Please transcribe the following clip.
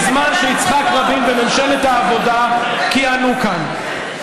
בזמן שיצחק רבין וממשלת העבודה כיהנו כאן.